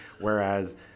Whereas